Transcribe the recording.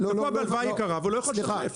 תקוע בהלוואה יקרה והוא לא יכול לשחרר.